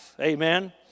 amen